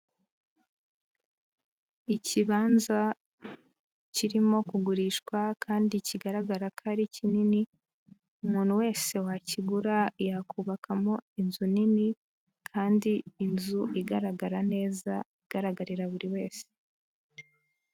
Ikibanza kirimo kugurishwa kandi kigaragara ko ari kinini, umuntu wese wakigura yakubakamo inzu nini kandi inzu igaragara neza, igaragarira buri wese.